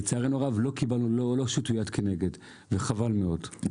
לצערנו הרב לא הושיט יד וחבל מאוד.